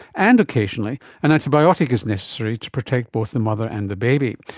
and occasionally an antibiotic is necessary to protect both the mother and the baby.